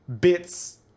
bits